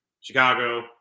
Chicago